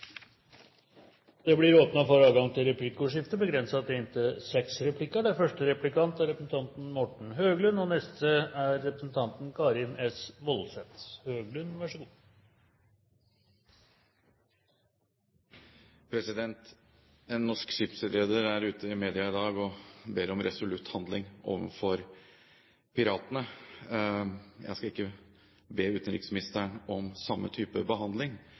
Det blir replikkordskifte. En norsk skipsreder er ute i media i dag og ber om resolutt handling overfor piratene. Jeg skal ikke be utenriksministeren om den samme type behandling